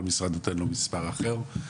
כל משרד נותן לו מספר אחר,